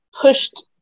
pushed